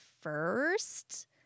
first